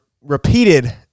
repeated